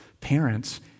parents